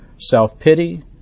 self-pity